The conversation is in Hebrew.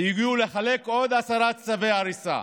ובאו לחלק עוד עשרה צווי הריסה,